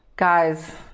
guys